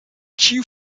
ĉiu